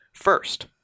First